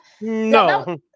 No